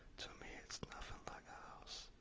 to me it's nothing like a house.